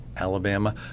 Alabama